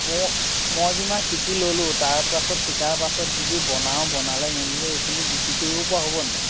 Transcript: ম মই যিমান শিকি ল'লোঁ তাৰপাছত শিকাৰ পাছত যিদি বনাওঁ বনালে মেলিলে সেইখিনি বিক্ৰী কৰিব পৰা হ'ব নে নাই